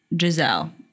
Giselle